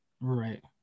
Right